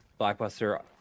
blockbuster